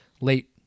late